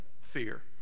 fear